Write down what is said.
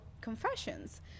confessions